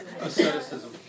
Asceticism